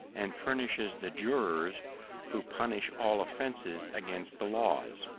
and furnishes the jurors who punish all offences against the laws.